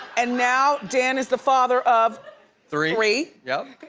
and now dan is the father of three, yup.